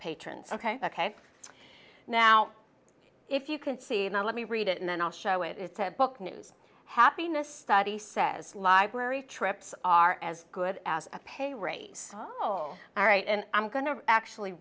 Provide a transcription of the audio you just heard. patrons ok ok now if you can see and let me read it and then i'll show it it's a book news happiness study says library trips are as good as a pay raise oh all right and i'm going to actually